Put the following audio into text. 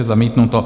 Zamítnuto.